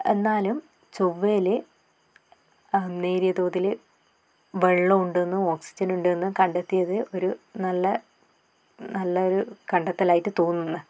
എന്നാലും ചൊവ്വയിൽ നേരിയ തോതിൽ വെള്ളമുണ്ടെന്ന് ഓക്സിജൻ ഉണ്ടെന്ന് കണ്ടെത്തിയത് ഒരു നല്ല നല്ല ഒരു കണ്ടത്തലായിട്ട് തോന്നുന്ന്